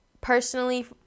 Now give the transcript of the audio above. personally